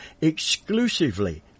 exclusively